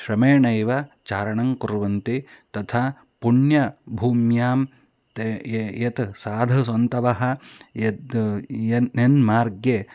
श्रमेणैव चारणं कुर्वन्ति तथा पुण्यभूम्यां ते ये यत् साधुसन्तवः यद् ये ये मार्गे